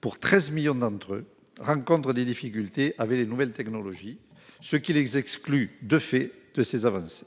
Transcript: pour 13 millions d'entre eux rencontrent des difficultés avec les nouvelles technologies ce qu'il exerce, exclus de fait de ces avances,